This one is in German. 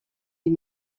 die